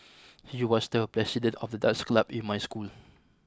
he was the president of the dance club in my school